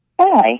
Hi